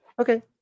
Okay